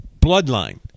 bloodline